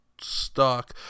stuck